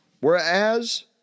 whereas